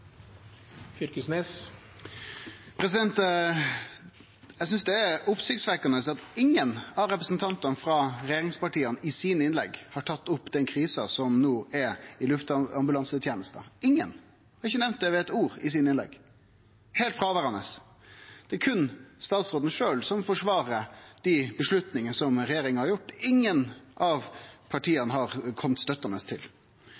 kommer. Eg synest det er oppsiktsvekkjande at ingen av representantane frå regjeringspartia har tatt opp den krisa som no er i luftambulansetenesta, i innlegga sine – ingen. Dei har ikkje nemnt ho med eitt ord i innlegga sine. Ho er heilt fråverande. Det er berre statsråden sjølv som forsvarer avgjerdene som regjeringa har gjort. Ingen av partia har kome støttande til.